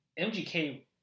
mgk